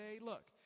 Look